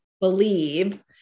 believe